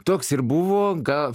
toks ir buvo ga